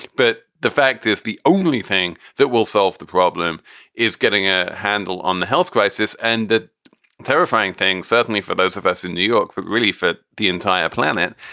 but the fact is, the only thing that will solve the problem is getting a handle on the health crisis. and the terrifying thing, certainly for those of us in new york, but really for the entire planet,